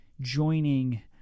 joining